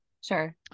Sure